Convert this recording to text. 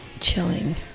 chilling